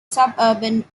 suburban